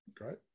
Great